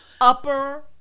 upper